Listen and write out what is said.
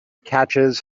catches